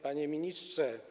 Panie Ministrze!